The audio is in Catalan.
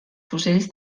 fusells